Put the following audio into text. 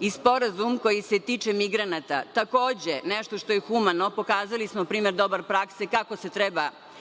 i sporazum koji se tiče migranata, takođe nešto što je humano. Pokazali smo primer dobar u praksi kako se treba